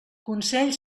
consell